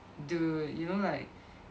dude you know like